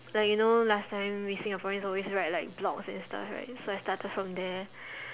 like you know last time we Singaporeans always write like blogs and stuff right so I started from there